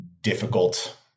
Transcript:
difficult